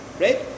right